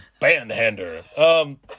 Bandhander